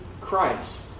Christ